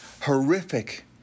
horrific